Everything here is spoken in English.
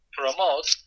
promote